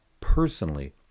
Personally